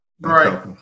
Right